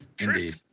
Indeed